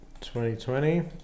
2020